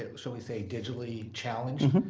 ah shall we say, digitally challenged,